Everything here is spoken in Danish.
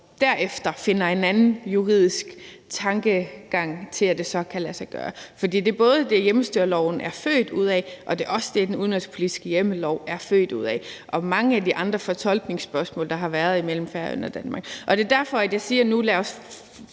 derefter finder en anden juridisk tankegang, så det så kan lade sig gøre. Det er både det, hjemmestyreloven er født ud af, og det er også det, den udenrigspolitiske hjemmellov er født ud af – noget, der også gælder for mange af de andre fortolkningsspørgsmål, der har været mellem Færøerne og Danmark. Det er derfor, jeg nu siger: Lad os